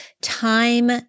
time